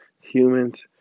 humans